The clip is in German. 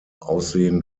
aussehen